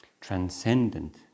transcendent